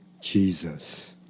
Jesus